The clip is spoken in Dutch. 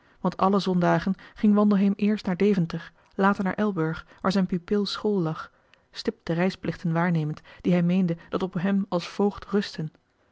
want alle zondagen ging wandelheem eerst naar deventer later naar elburg waar zijn pupil school lag stipt de reisplichten waarnemend die hij meende dat op hem als voogd rustten